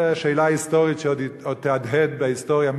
זו שאלה היסטורית שעוד תהדהד בהיסטוריה,